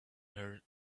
heard